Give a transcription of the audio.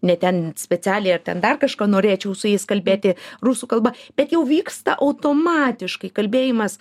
ne ten specialiai ar ten dar kažko norėčiau su jais kalbėti rusų kalba bet jau vyksta automatiškai kalbėjimas